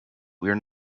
we’re